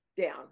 down